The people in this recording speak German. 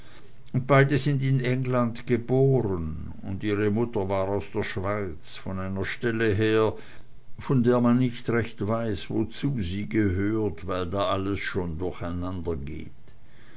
und beide sind in england geboren und ihre mutter war aus der schweiz von einer stelle her von der man nicht recht weiß wozu sie gehört weil da alles schon